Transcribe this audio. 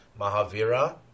Mahavira